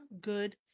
good